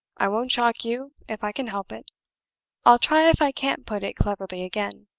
i won't shock you, if i can help it i'll try if i can't put it cleverly again.